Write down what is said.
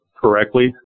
correctly